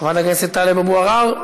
חבר הכנסת איציק שמולי, מוותר,